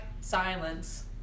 silence